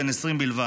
בן 20 בלבד,